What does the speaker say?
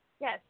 yes